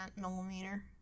millimeter